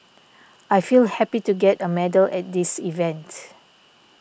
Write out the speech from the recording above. I feel happy to get a medal at this event